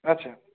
আচ্ছা